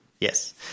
Yes